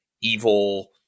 evil